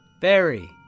Berry